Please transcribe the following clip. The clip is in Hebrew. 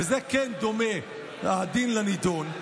וזה כן דומה הדין לנידון,